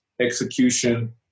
execution